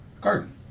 garden